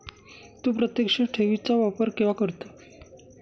तू प्रत्यक्ष ठेवी चा वापर केव्हा करतो?